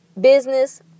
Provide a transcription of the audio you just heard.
business